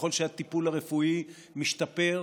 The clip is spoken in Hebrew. ככל שהטיפול הרפואי משתפר,